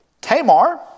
Tamar